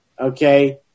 Okay